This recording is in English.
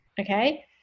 okay